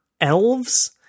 elves